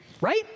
right